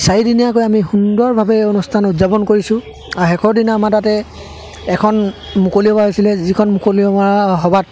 চাৰিদিনীয়াকৈ আমি সুন্দৰভাৱে অনুষ্ঠান উদযাপন কৰিছোঁ আৰু শেষৰ দিনা আমাৰ তাতে এখন মুকলি সভা আছিলে যিখন মুকলি সভা সভাত